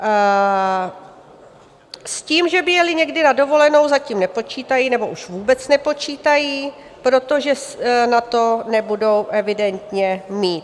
S tím, že by jeli někdy na dovolenou, zatím nepočítají, nebo už vůbec nepočítají, protože na to nebudou evidentně mít.